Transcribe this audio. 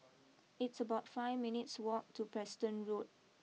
it's about five minutes walk to Preston Road